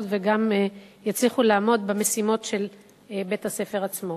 וגם יצליחו לעמוד במשימות של בית-הספר עצמו.